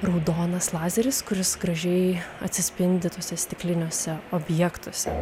raudonas lazeris kuris gražiai atsispindi tuose stikliniuose objektuose